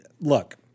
look